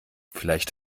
vielleicht